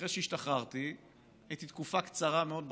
אחרי שהשתחררתי הייתי תקופה קצרה מאוד בחוץ,